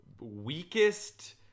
weakest